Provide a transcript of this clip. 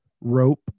Rope